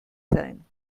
sein